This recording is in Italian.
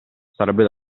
sarebbe